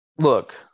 Look